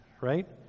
right